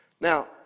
Now